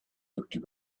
looked